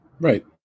right